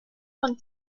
von